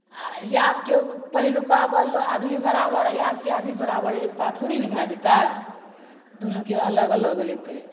आ आब केओ पहिलुका आदमी बराबर या आबके आदमी बराबर एकता थोड़ी नहि भए जेतै दुन्नूके अलग अलग हेतै